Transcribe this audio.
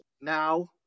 Now